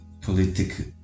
political